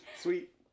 sweet